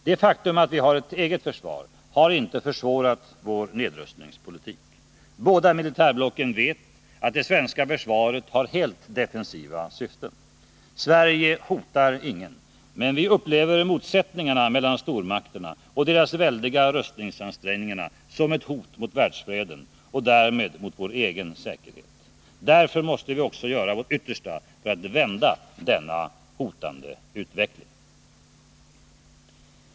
Det faktum att vi har ett eget försvar har inte försvårat vår nedrustningspolitik; båda militärblocken vet att det svenska försvaret har helt defensiva syften. Sverige hotar ingen, men vi upplever motsättningarna mellan stormakterna och deras väldiga rustningsansträngningar som ett hot mot världsfreden, och därmed mot vår egen säkerhet. Därför måste vi också göra vårt yttersta för att vända denna hotande utveckling.